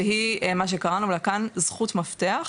שהיא מה שקראנו לה כאן, זכות מפתח.